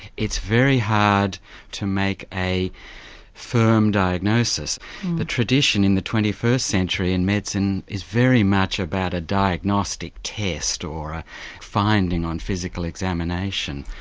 it's very hard to make a firm diagnosis the tradition in the twenty first century in medicine is very much about a diagnostic test or a finding on physical examination,